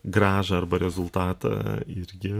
grąžą arba rezultatą irgi